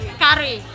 curry